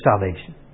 salvation